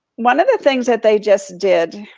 one of the things that they just did,